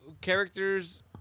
characters